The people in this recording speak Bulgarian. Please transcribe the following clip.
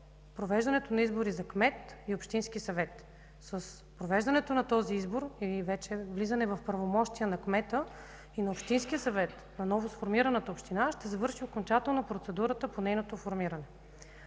провеждането на избори за кмет и общински съвет. С провеждането на този избор и влизането в правомощия на кмета и общинския съвет на новосформираната община ще приключи окончателно процедурата по нейното формиране.